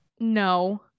No